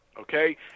okay